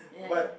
but